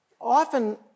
Often